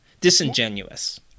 Disingenuous